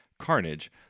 Carnage